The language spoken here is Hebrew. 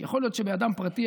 כי יכול להיות שלאדם פרטי,